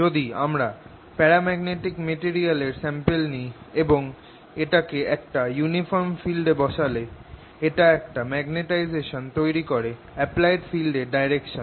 যদি আমরা paramagnetic material এর স্যাম্পল নি এবং এটাকে একটা ইউনিফর্ম ফিল্ড এ বসালে এটা একটা মেগনেটাইজেশান তৈরি করে অ্যাপ্লায়েড ফিল্ড এর ডাইরেকশনে